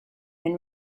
and